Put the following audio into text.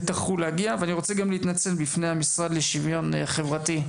אני רוצה גם להתנצל בפני המשרד לשוויון חברתי,